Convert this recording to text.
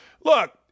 Look